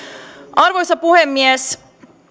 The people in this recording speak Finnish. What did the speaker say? arvoisa puhemies